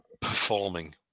performing